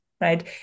Right